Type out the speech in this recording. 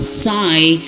sigh